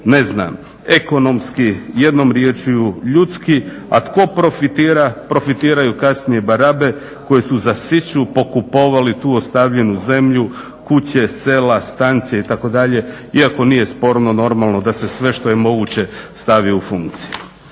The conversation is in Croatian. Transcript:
ne znam ekonomski. Jednom riječju ljudski. A tko profitira? Profitiraju kasnije barabe koje su za siću pokupovali tu ostavljenu zemlju, kuće, sela stancije itd. iako nije sporno normalno da se sve što je moguće stavi u funkciju.